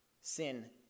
sin